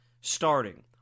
starting